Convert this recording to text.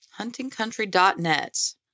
Huntingcountry.net